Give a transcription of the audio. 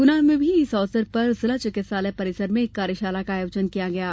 गुना में भी इस अवसर पर जिला चिकित्सालय परिसर में एक कार्यशाला का आयोजन किया गया है